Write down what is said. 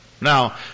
Now